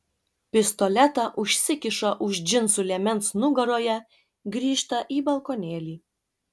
pistoletą užsikiša už džinsų liemens nugaroje grįžta į balkonėlį